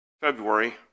February